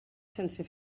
sense